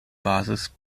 basis